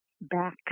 back